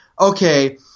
okay